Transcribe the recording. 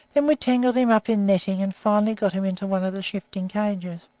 then we tangled him up in netting, and finally got him into one of the shifting-cages.